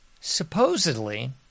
supposedly